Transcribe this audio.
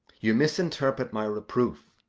you misinterpret my reproof.